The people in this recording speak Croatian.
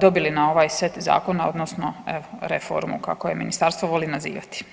dobili na ovaj set zakona odnosno reformu kako je ministarstvo voli nazivati.